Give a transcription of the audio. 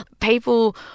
people